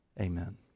Amen